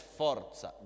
forza